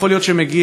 יכול להיות שמגיע,